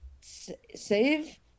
save